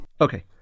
Okay